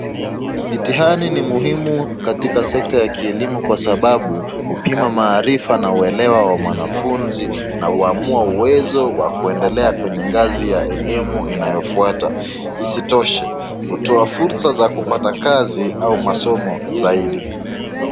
Mitihani ni muhimu katika sector ya kielimu kwa sababu, hupima maarifa na kuelewa mwanafunzi na uamua uwezo wa kuendelea kwenye ngazi ya elimu inayofuata. Isitoshe, hutuo fursa za kupata kazi au masomo zaidi.